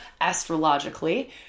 astrologically